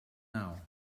now